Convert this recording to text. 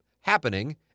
happening